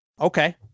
Okay